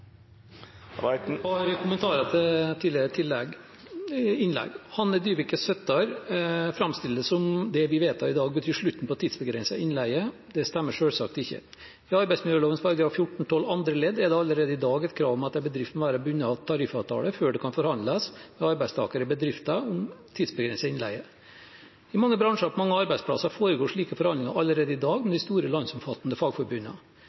Hanne Dyveke Søttar framstiller det som om det vi vedtar i dag, betyr slutten på tidsbegrenset innleie. Det stemmer selvsagt ikke. I arbeidsmiljøloven § 14-12 andre ledd er det allerede i dag et krav om at en bedrift må være bundet av tariffavtale før det kan forhandles med arbeidstakere i bedriften om tidsbegrenset innleie. I mange bransjer og på mange arbeidsplasser foregår slike forhandlinger allerede i dag med de store, landsomfattende fagforbundene.